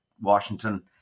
Washington